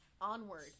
Onward